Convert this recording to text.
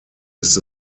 ist